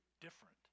different